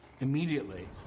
immediately